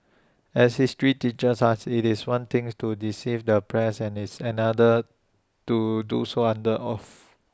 as history teaches us IT is one things to deceive the press and is another to do so under oath